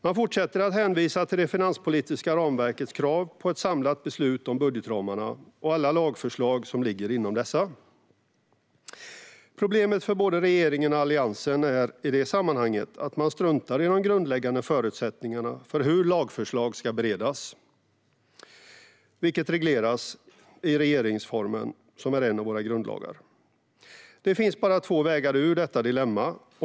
Man fortsätter att hänvisa till det finanspolitiska ramverkets krav på ett samlat beslut om budgetramarna och alla lagförslag som ligger inom dessa. Problemet för både regeringen och Alliansen är i det sammanhanget att man struntar i de grundläggande förutsättningarna för hur lagförslag ska beredas. Det regleras i regeringsformen, som är en av våra grundlagar. Det finns bara två vägar ut ur detta dilemma.